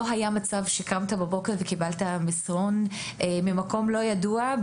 לא קרה מצב שבו קמת בבוקר וקיבלת מסרון ממקום לא ידוע,